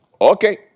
okay